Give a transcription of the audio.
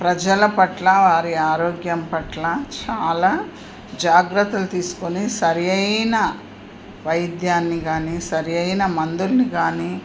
ప్రజల పట్ల వారి ఆరోగ్యం పట్ల చాలా జాగ్రత్తలు తీసుకుని సరియైన వైద్యాన్ని కానీ సరియైన మందుల్ని కానీ